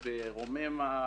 ברוממה,